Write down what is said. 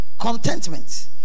contentment